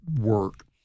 work